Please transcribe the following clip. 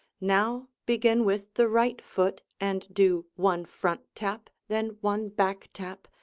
now, begin with the right foot and do one front-tap, then one back-tap,